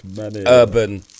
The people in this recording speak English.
urban